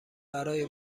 برای